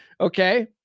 Okay